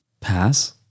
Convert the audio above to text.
Pass